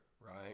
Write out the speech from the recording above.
right